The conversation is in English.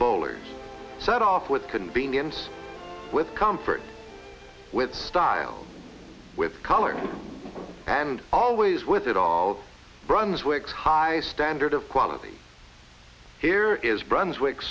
bowlers set off with convenience with comfort with style with color and always with it all brunswick high standard of quality here is brunswick